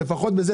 שלפחות בזה,